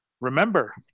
remember